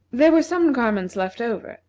there were some garments left over,